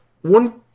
One